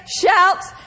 shouts